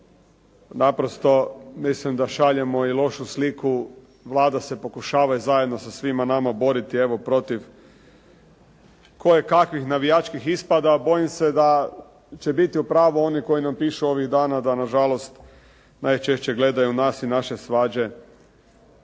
Naprosto mislim da šaljemo i lošu sliku. Vlada se pokušava i zajedno sa svima nama boriti evo protiv kojekakvih navijačkih ispada a bojim se da će biti u pravu oni koji nam pišu ovih dana da nažalost najčešće gledaju nas i naše svađe